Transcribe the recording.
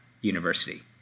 University